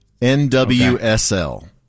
NWSL